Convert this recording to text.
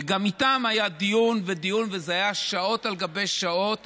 וגם איתן היה דיון, וזה היה שעות על גבי שעות.